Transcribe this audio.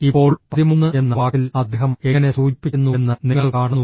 ഇപ്പോൾ പതിമൂന്ന് എന്ന വാക്കിൽ അദ്ദേഹം എങ്ങനെ സൂചിപ്പിക്കുന്നുവെന്ന് നിങ്ങൾ കാണുന്നു